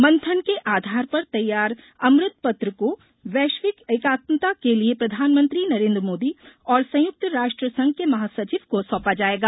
मंथन के आधार पर तैयार अमृत पत्र को वैश्विक एकात्मकता के लिए प्रधानमंत्री नरेंद्र मोदी और संयुक्त राष्ट्र संघ के महासचिव को सौंपा जाएगा